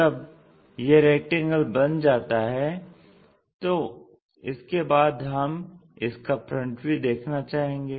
जब यह रेक्टेंगल बन जाता है तो इसके बाद हम इसका FV देखना चाहेंगे